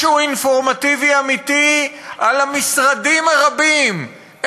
משהו אינפורמטיבי אמיתי על המשרדים הרבים,